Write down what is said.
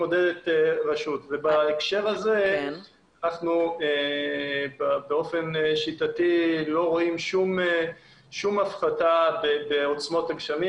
בהקשר הזה אנחנו באופן שיטתי לא רואים שום הפחתה בעוצמות הגשמים.